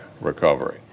recovery